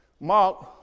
Mark